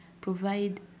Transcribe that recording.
provide